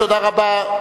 תודה רבה.